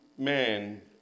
man